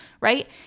right